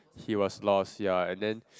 he was lost ya and then